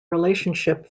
relationship